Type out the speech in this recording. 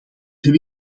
heb